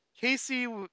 casey